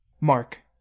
Mark